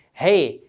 hey,